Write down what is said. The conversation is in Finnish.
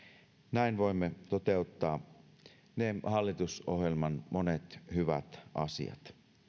näin voimme toteuttaa ne hallitusohjelman monet hyvät asiat